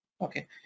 Okay